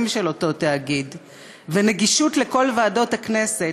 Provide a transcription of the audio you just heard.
של אותו תאגיד ובנגישות לכל ועדות הכנסת,